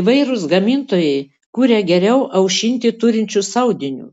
įvairūs gamintojai kuria geriau aušinti turinčius audiniu